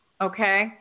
Okay